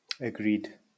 Agreed